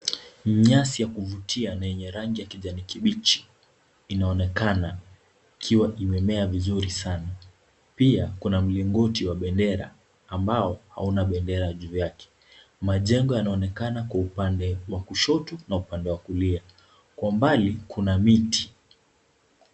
Nyasi ya kuvutia na yenye rangi ya kijani kibichi inaonekana ikiwa imemea vizuri sanaa. Pia kuna mlingoti wa bendera ambao una bendera juu yake. Mejengo yanaonekana kwa upande wa kushoto na upande wa kulia. Kwa umbali, kuna miti.